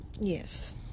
yes